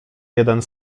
jeden